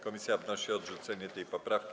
Komisja wnosi o odrzucenie tej poprawki.